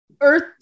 Earth